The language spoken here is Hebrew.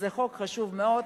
זה חוק חשוב מאוד,